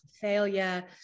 failure